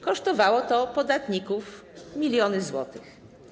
Kosztowało to podatników miliony złotych.